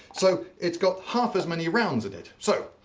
so, it's got half as many rounds in it. so,